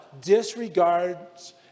disregards